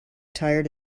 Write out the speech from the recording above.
tired